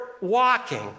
walking